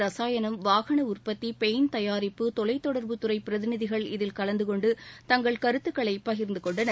ரசாயணம் வாகன உற்பத்தி பெயிண்ட் தபாரிப்பு தொலைத்தொடர்புத்துறை பிரதிநிதிகள் இதில் கலந்துகொண்டு தங்கள் கருத்துக்களை பகிர்ந்துகொண்டனர்